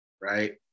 Right